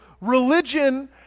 religion